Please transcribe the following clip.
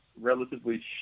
relatively